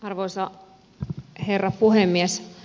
arvoisa herra puhemies